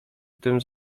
tym